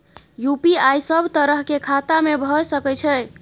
UPI सब तरह के खाता में भय सके छै?